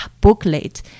booklet